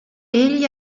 egli